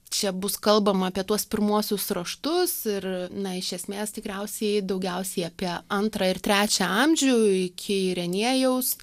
čia bus kalbama apie tuos pirmuosius raštus ir na iš esmės tikriausiai daugiausiai apie antrą ir trečią amžių iki ireniejaus